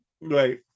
right